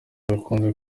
bikunze